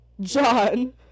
John